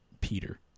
peter